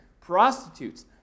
prostitutes